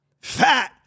Fat